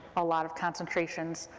a lot of concentrations,